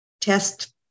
test